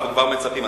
אז אנחנו כבר מצפים.